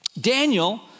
Daniel